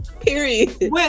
Period